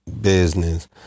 business